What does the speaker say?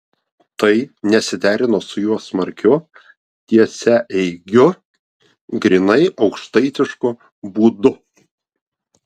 tai nesiderino su jo smarkiu tiesiaeigiu grynai aukštaitišku būdu